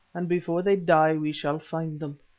and before they die we shall find them.